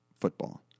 football